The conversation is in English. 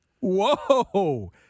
Whoa